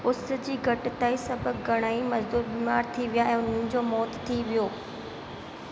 उस जी घटिताईं सभु घणेई मजदूर बीमार थी विया ऐं हुननि जो मौत थी वियो